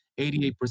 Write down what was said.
88%